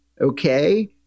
okay